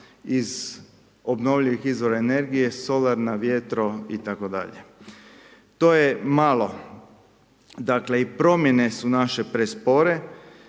iz obnovljivih izvora energije, solarna, vjetro itd. To je malo. Dakle, i promjene su naše prespore,